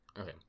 Okay